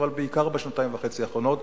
אבל בעיקר בשנתיים וחצי האחרונות,